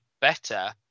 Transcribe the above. better